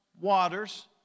waters